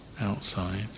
outside